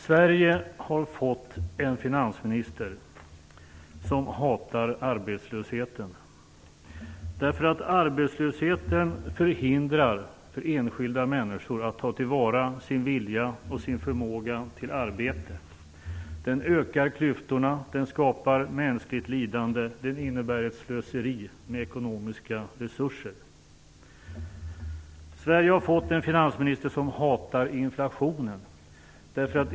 Sverige har fått en finansminister som hatar arbetslösheten. Arbetslösheten förhindrar för enskilda människor att ta till vara sin vilja och sin förmåga till arbete. Den ökar klyftorna. Den skapar mänskligt lidande. Den innebär ett slöseri med ekonomiska resurser. Sverige har fått en finansminister som hatar inflationen.